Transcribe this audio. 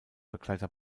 begleiter